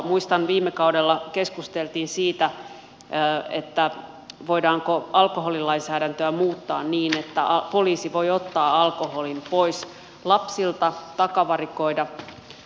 muistan kun viime kaudella keskusteltiin siitä voidaanko alkoholilainsäädäntöä muuttaa niin että poliisi voi ottaa alkoholin pois lapsilta takavarikoida